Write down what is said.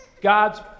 God's